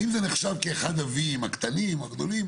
האם זה נחשב כאחד הוויים הקטנים או הגדולים